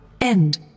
End